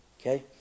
Okay